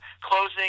closing